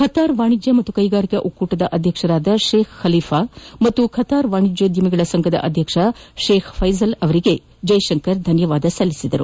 Qatar ವಾಣಿಜ್ಯ ಮತ್ತು ಕೈಗಾರಿಕಾ ಒಕ್ಕೂಟದ ಅಧ್ಯಕ್ಷ ಶೇಖ್ ಖಲೀಫ ಮತ್ತು ಕತಾರ್ ವಾಣಿಜ್ಯೋದ್ಯಮಿಗಳ ಸಂಘದ ಅಧ್ಯಕ್ಷ ಶೇಖ್ ಫೈಜಲ್ ಅವರಿಗೆ ಜೈಶಂಕರ್ ಧನ್ಯವಾದ ಸಲ್ಲಿಸಿದ್ದಾರೆ